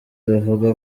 bavuga